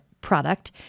product